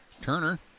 Turner